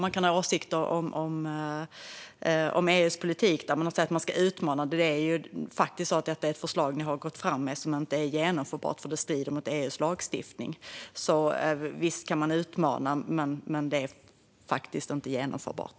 Man kan ha åsikter om EU:s politik och säga att man ska utmana. Det är dock faktiskt så att detta förslag, som ni i Vänsterpartiet har gått fram med, inte är genomförbart, för det strider mot EU:s lagstiftning. Visst kan man utmana, men detta är faktiskt inte genomförbart.